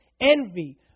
envy